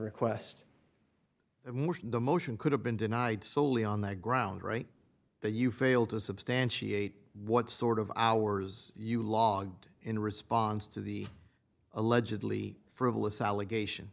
request but the motion could have been denied solely on the ground right that you failed to substantiate what sort of hours you logged in response to the allegedly frivolous allegation